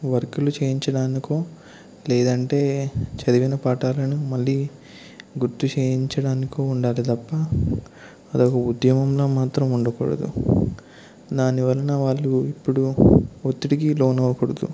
వర్కులు చేయించడానికో లేదంటే చదివిన పాఠాలను మళ్ళీ గుర్తు చేయించడానికో ఉండాలి తప్ప అదొక ఉద్యమంలా మాత్రం ఉండకూడదు దాని వలన వాళ్ళు ఇప్పుడు ఒత్తిడికి లోనవకూడదు